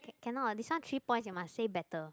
cannot this one three points you must say better